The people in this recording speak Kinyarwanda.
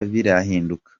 birahinduka